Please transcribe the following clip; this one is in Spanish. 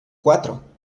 cuatro